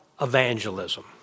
evangelism